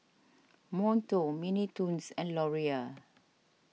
Monto Mini Toons and Laurier